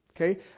Okay